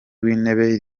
w‟intebe